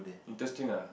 interesting ah